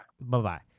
Bye-bye